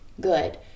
good